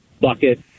bucket